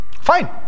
Fine